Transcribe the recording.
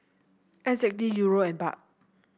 N Z D Euro and Baht